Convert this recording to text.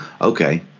Okay